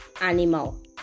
animal